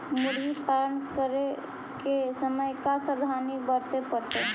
मुर्गी पालन करे के समय का सावधानी वर्तें पड़तई?